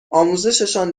آموزششان